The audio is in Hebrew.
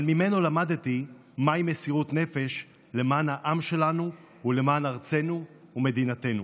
אבל ממנו למדתי מהי מסירות נפש למען העם שלנו ולמען ארצנו ומדינתנו.